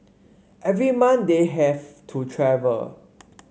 every month they have to travel